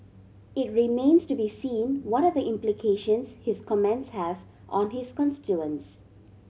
it remains to be seen what are the implications his comments have on his constituents